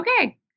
okay